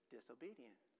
Disobedient